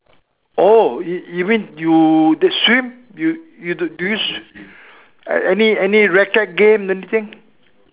oh you you mean you swim you you do do you sw~ any any racket game anything